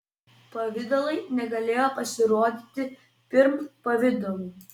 pavidalai negalėjo pasirodyti pirm pavidalų